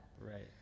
Right